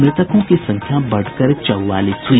मृतकों की संख्या बढ़कर चौवालीस हुई